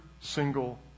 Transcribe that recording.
single